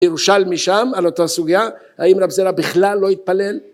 ירושלמי שם על אותה סוגיא, האם רבי זירא בכלל לא התפלל